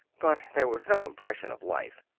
but there was no impression of life.